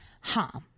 ha